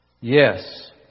Yes